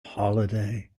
holiday